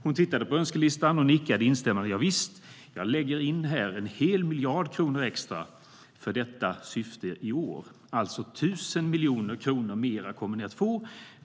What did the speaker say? Hon tittade på önskelistan och nickade instämmande.- Javisst, jag lägger in en hel miljard kronor extra för detta syfte för i år. 1 000 miljoner kronor mer kommer ni att få.